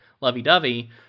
lovey-dovey